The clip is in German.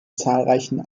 zahlreichen